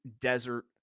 desert